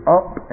up